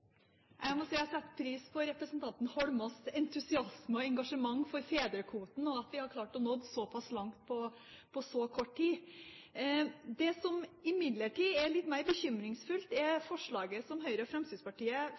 Jeg må si at jeg setter pris på representanten Holmås' entusiasme og engasjement for fedrekvoten og for at vi har klart å nå så pass langt på så kort tid. Det som imidlertid er litt mer bekymringsfullt, er forslaget som Høyre og Fremskrittspartiet